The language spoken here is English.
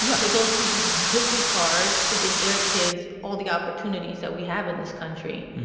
because those people just as hard to give their kids all the opportunities that we have in this country,